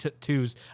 twos